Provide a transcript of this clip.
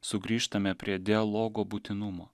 sugrįžtame prie dialogo būtinumo